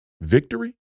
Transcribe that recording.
victory